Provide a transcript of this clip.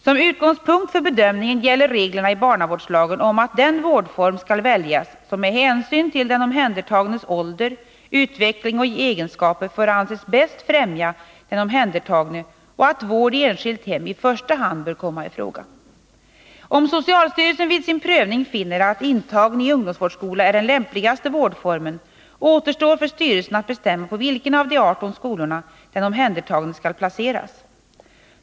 Som utgångspunkt för bedömningen gäller reglerna i barnavårdslagen om att den vårdform skall väljas som med hänsyn till den omhändertagnes ålder, utveckling och egenskaper får anses bäst främja den omhändertagne och att vård i enskilt hem i första hand bör komma i fråga. Om socialstyrelsen vid sin prövning finner att intagning i ungdomsvårdsskola är den lämpligaste vårdformen, återstår för styrelsen att bestämma på vilken av de 18 skolorna den omhändertagne skall placeras.